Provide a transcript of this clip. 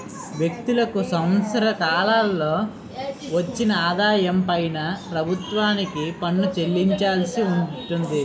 వ్యక్తులకు సంవత్సర కాలంలో వచ్చిన ఆదాయం పైన ప్రభుత్వానికి పన్ను చెల్లించాల్సి ఉంటుంది